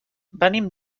venim